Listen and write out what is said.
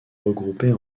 regroupées